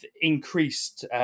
increased